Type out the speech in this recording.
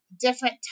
different